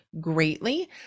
greatly